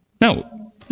No